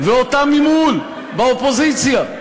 ואותם, ממול, באופוזיציה.